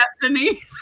destiny